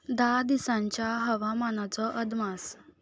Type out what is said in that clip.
धा दिसांच्या हवामानाचो अदमास